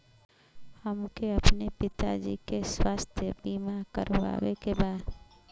हमके अपने पिता जी के स्वास्थ्य बीमा करवावे के बा?